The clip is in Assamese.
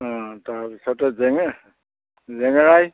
অঁ তাৰপিছতে জেঙে জেঙেৰায়